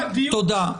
תודה.